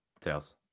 Tails